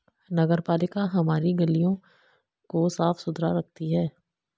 नगरपालिका हमारी गलियों को साफ़ सुथरा रखती है